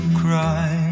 cry